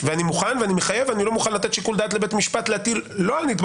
ואני מחייב ואני לא מוכן לתת שיקול דעת לבית משפט להטיל לא על נתבע